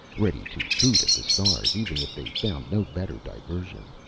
ready to hoot at the stars, even, if they found no better diversion.